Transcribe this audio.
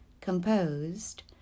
composed